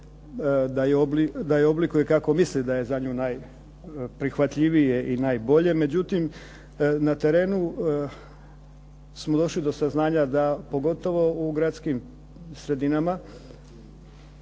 da je oblikuje kako misli da je za nju najprihvatljivije i najbolje. Međutim, na terenu smo došli do saznanja da pogotovo u gradskim sredinama